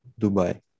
Dubai